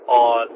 on